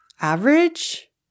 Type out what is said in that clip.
average